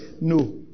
No